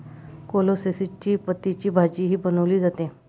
कोलोसेसी पतींची भाजीही बनवली जाते